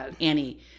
Annie